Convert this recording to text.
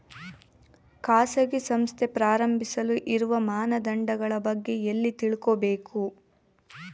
ಖಾಸಗಿ ಸಂಸ್ಥೆ ಪ್ರಾರಂಭಿಸಲು ಇರುವ ಮಾನದಂಡಗಳ ಬಗ್ಗೆ ಎಲ್ಲಿ ತಿಳ್ಕೊಬೇಕು?